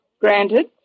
Granted